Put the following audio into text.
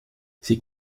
sie